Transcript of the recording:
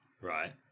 right